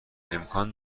امکان